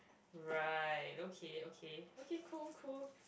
right okay okay okay cool cool